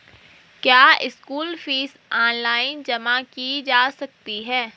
क्या school fees online जमा की जा सकती है?